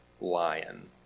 lion